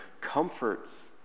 comforts